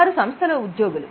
వారు సంస్థ లో ఉద్యోగులు